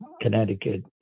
Connecticut